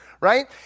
right